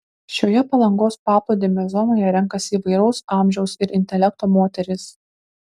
šioje palangos paplūdimio zonoje renkasi įvairaus amžiaus ir intelekto moterys